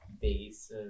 base